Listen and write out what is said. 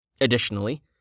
Additionally